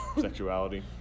Sexuality